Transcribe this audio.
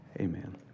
Amen